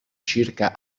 circa